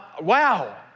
wow